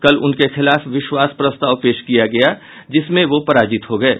कल उनके खिलाफ विश्वास प्रस्ताव पेश किया गया जिसमें वो पराजित हो गये